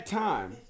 time